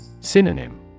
Synonym